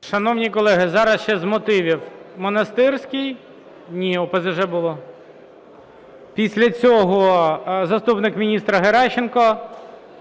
Шановні колеги, зараз ще з мотивів Монастирський. (ні, ОПЗЖ було), після цього заступник міністра Геращенко